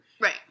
Right